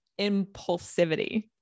impulsivity